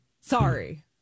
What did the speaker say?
Sorry